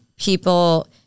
people